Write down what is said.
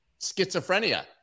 schizophrenia